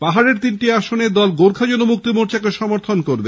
পাহাড়ের তিনটি আসনে দল গোর্খা জনমুক্তি মোর্চাকে সমর্থন করবে